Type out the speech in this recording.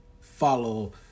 follow